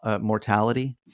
mortality